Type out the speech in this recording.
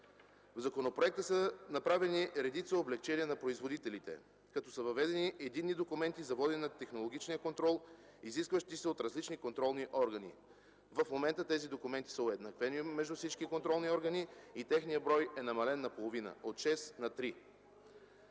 В законопроекта са направени редица облекчения за производителите, като са въведени единни документи за водене на технологичния контрол, изискващи се от различни контролни органи. В момента тези документи са уеднаквени между всички контролни органи и техният брой е намален наполовина – от 6, на 3.